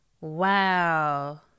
Wow